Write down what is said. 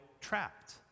trapped